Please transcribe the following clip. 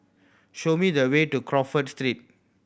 show me the way to Crawford Street